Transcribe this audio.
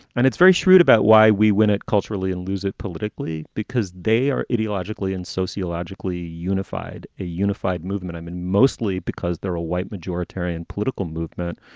and it's very shrewd about why we win it culturally and lose it politically, because they are ideologically and sociologically unified, a unified movement. i mean, mostly because they're a white majoritarian political movement